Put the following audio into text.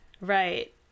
Right